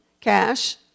cash